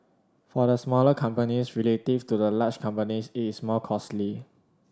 for the smaller companies relative to the large companies it is more costly